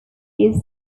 use